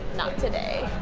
not today.